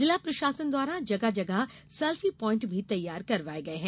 जिला प्रशासन द्वारा जगह जगह सेल्फी पाईट भी तैयार करवाये गये हैं